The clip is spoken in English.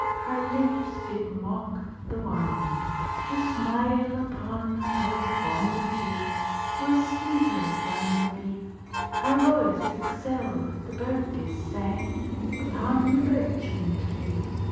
her lips did mock the wine the smile upon her bonnie cheek was sweeter than the bee her voice excelled the birdie's sang upon the birchen tree.